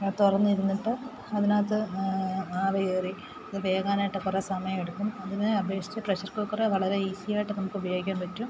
തുറന്നിരുന്നിട്ട് അതിനകത്ത് ആവി കയറി അതു വേകാനായിട്ട് കുറേ സമയമെടുക്കും അതിനെ അപേഷിച്ച് പ്രഷർ കുക്കർ വളരെ ഈസി ആയിട്ട് നമുക്കുപയോഗിക്കാൻ പറ്റും